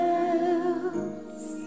else